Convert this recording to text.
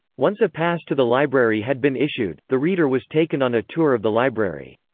once a pass to the library had been issued, the reader was taken on a tour of the library.